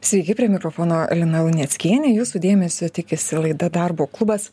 sveiki prie mikrofono lina luneckienė jūsų dėmesio tikisi laida darbo klubas